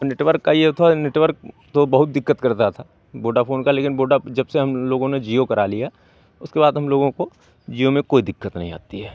network का ये था और नेटवर्क तो बहुत दिक्कत करता था वोडाफ़ोन का लेकिन वोडा जबसे हम लोगों ने जिओ करा लिया उसके बाद हम लोगों को जिओ में कोई दिक्कत नहीं आती है